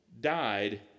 died